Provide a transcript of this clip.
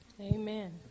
Amen